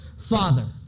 Father